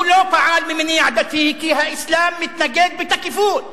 הוא לא פעל ממניע דתי, כי האסלאם מתנגד בתקיפות